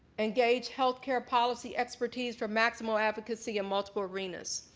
engage healthcare policy expertise for maximal advocacy in multiple arenas.